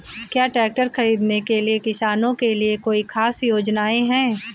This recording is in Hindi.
क्या ट्रैक्टर खरीदने के लिए किसानों के लिए कोई ख़ास योजनाएं हैं?